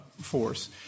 force